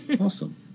awesome